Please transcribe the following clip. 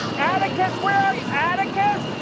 atticus, where are you! atticus!